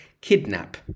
kidnap